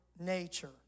nature